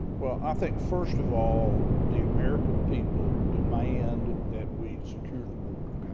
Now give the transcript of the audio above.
well, i think first of all the american people demand that we secure the border.